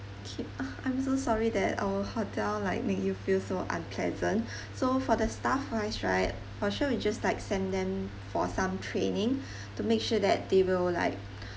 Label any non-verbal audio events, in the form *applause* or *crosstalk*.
K *breath* I'm so sorry that our hotel like make you feel so unpleasant so for the staff wise right for sure we just like send them for some training to make sure that they will like